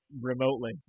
remotely